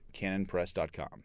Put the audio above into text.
canonpress.com